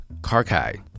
Karkai